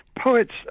Poets